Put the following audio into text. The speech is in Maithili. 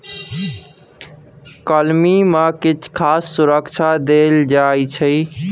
कलमी मे किछ खास सुरक्षा देल जाइ छै